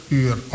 uur